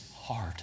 hard